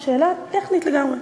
שאלה טכנית לגמרי.